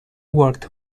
worked